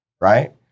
Right